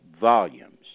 volumes